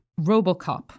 RoboCop